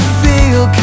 feel